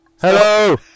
Hello